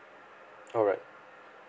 alright